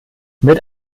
mit